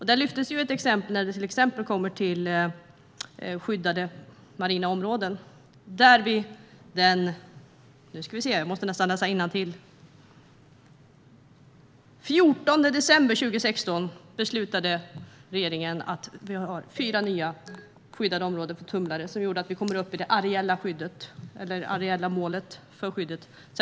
Ett exempel på det var när regeringen den 14 december 2016 beslutade om fyra nya skyddade områden för tumlare, vilket gjorde att vi kom upp i det areella målet för skydd av marina områden.